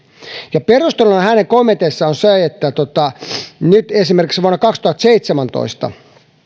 perusteluina hänen kommenteissaan on se että esimerkiksi vuonna kaksituhattaseitsemäntoista